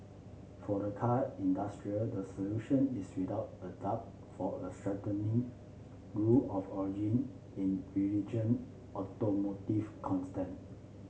for the car industry the solution is without a doubt for a threatening rule of origin in religion automotive constant